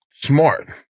smart